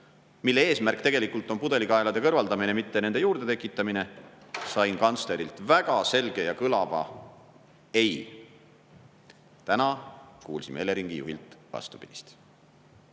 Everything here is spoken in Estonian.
mille eesmärk on tegelikult pudelikaelade kõrvaldamine, mitte nende juurde tekitamine. Sain kantslerilt väga selge ja kõlava ei. Täna kuulsime Eleringi juhilt vastupidist. Aga